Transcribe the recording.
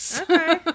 Okay